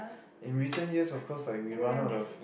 in recent years of course like we run out of